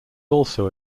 also